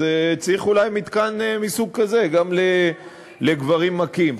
אז צריך אולי מתקן מסוג כזה גם לגברים מכים.